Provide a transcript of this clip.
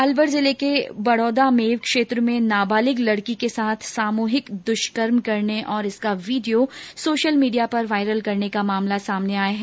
अलवर जिले के बड़ौदा मेव क्षेत्र में नाबालिग लड़की के साथ सामूहिक दुष्कर्म करने और इसका वीडियो सोशल मीडिया पर वायरल करने का मामला सामने आया है